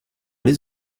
les